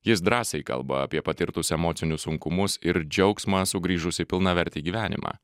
jis drąsiai kalba apie patirtus emocinius sunkumus ir džiaugsmą sugrįžus į pilnavertį gyvenimą